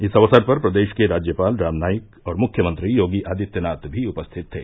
इस अवसर पर प्रदेश के राज्यपाल राम नाईक और मुख्यमंत्री योगी आदित्यनाथ भी उपस्थित थे